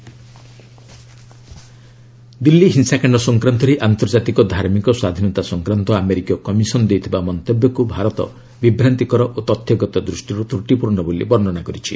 India US CIRF Delhi ହିଂସାକାଣ୍ଡ ସଂକ୍ରାନ୍ତରେ ଆନ୍ତର୍ଜାତିକ ଧାର୍ମିକ ସ୍ୱାଧୀନତା ସଂକ୍ରାନ୍ତ ଆମେରିକୀୟ କମିଶନ ଦେଇଥିବା ମନ୍ତବ୍ୟକୁ ଭାରତ ବିଭ୍ରାନ୍ତିକର ଓ ତଥ୍ୟଗତ ଦୃଷ୍ଟିରୁ ତ୍ରୁଟିପୂର୍ଣ୍ଣ ବୋଲି ବର୍ଣ୍ଣନା କରିଛି